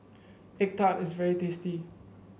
egg tart is very tasty